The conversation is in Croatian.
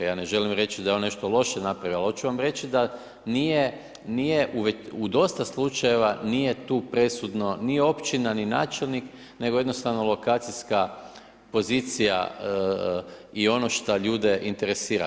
Ja ne želim reći da je on nešto loše napravio, ali hoću vam reći da nije u dosta slučajeva nije tu presudno ni općina ni načelnik nego jednostavno lokacijska pozicija i ono šta ljude interesira.